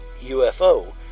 UFO